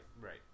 right